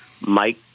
Mike